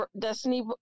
Destiny